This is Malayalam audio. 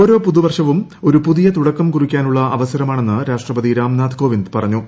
ഓരോ പുതുവർഷവും ഒരു പുതിയ തുടക്കം കുറിക്കാനുള്ള അവസരമാണെന്ന് രാഷ്ട്രപതി രാംനാഥ് കോവിഡ് പറഞ്ഞു